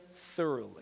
thoroughly